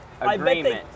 agreement